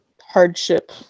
hardship